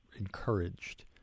encouraged